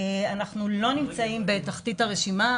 אנחנו לא נמצאים בתחתית הרשימה,